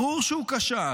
ברור שהוא כשל.